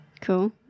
Cool